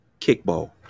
Kickball